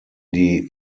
die